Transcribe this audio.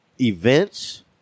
events